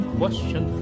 question